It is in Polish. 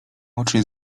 oczy